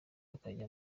akajya